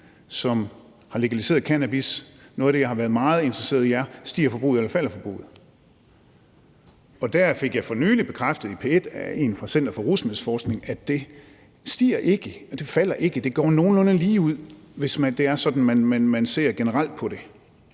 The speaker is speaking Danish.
som har legaliseret cannabis, og noget af det, jeg har været meget interesseret i, er, om forbruget stiger eller falder. Og der fik jeg for nylig bekræftet i P1 af en fra Center for Rusmiddelforskning, at det ikke stiger, at det ikke falder, men går nogenlunde lige op, hvis det er sådan,